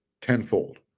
tenfold